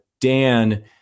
Dan